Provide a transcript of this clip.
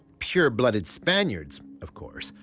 pure blooded spaniards, of course,